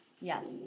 Yes